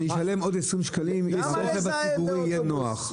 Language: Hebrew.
אני אשלם עוד 20 שקלים אם הרכב הציבורי יהיה נוח.